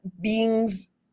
beings